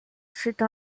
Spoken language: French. cette